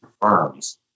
Firms